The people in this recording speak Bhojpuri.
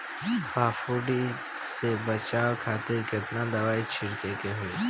फाफूंदी से बचाव खातिर केतना दावा छीड़के के होई?